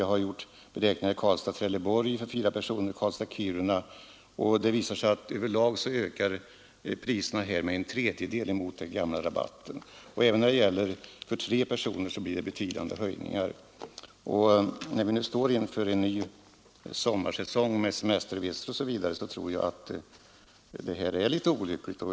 Jag har också gjort beräkningar för Karlstad— Trelleborg för fyra personer och Karlstad—Kiruna; det visar sig att priserna över lag ökar med en tredjedel jämfört med den gamla rabatten. Även för tre personer blir det betydande höjningar. När vi nu står inför en ny sommarsäsong med semesterresor osv. tror jag att detta är olyckligt.